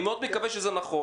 ואני מקווה מאוד שזה נכון.